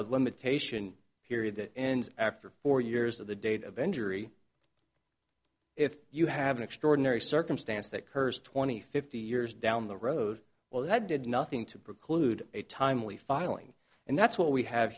a limitation period that ends after four years of the date of injury if you have an extraordinary circumstance that curves twenty fifty years down the road well that did nothing to preclude a timely filing and that's what we have